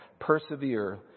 Persevere